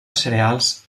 cereals